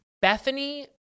Bethany